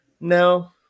No